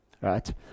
Right